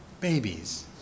babies